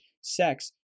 sex